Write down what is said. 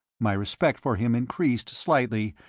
my respect for him increased slightly,